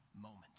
moment